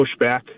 pushback